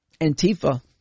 Antifa